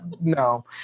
No